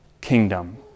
kingdom